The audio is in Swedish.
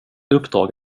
uppdrag